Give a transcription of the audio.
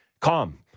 Calm